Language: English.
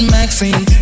Maxine